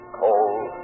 cold